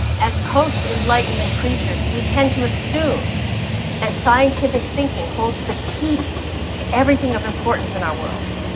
as post-enlightenment creatures, we tend to assume that scientific thinking holds the key to everything of importance in our world,